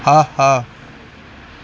ஆஹா